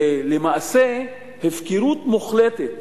ולמעשה הפקרות מוחלטת